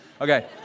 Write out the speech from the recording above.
Okay